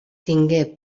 tingué